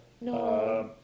No